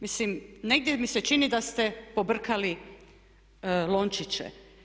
Mislim negdje mi se čini da ste pobrkali lončiće.